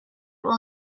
will